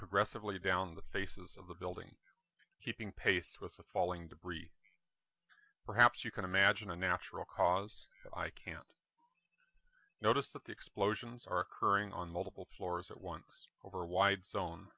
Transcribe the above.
progressively down the faces of the building keeping pace with the falling debris perhaps you can imagine a natural cause i can't notice that the explosions are occurring on multiple floors at once over a wide zone